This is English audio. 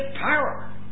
power